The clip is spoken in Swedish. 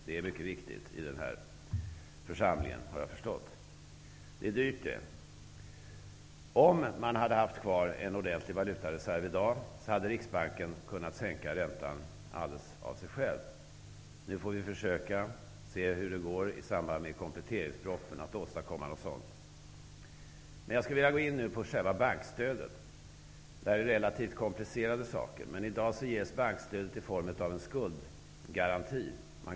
Det är mycket viktigt i den här församligen, har jag förstått. Men det är dyrt! Om man i dag hade haft en ordentlig valutareserv kvar, hade Riksbanken kunnat sänka räntan alldeles av sig själv. Vi får nu se hur det går att åstadkomma något i den riktningen i samband med kompletteringspropositionen. Jag tänker nu tala om själva bankstödet. Det här är relativt komplicerade saker. I dag ges bankstödet i form av en skuldgaranti.